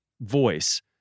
voice